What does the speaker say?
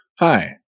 Hi